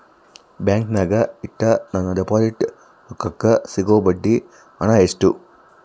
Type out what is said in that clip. ಬ್ಯಾಂಕಿನಾಗ ಇಟ್ಟ ನನ್ನ ಡಿಪಾಸಿಟ್ ರೊಕ್ಕಕ್ಕೆ ಸಿಗೋ ಬಡ್ಡಿ ಹಣ ಎಷ್ಟು?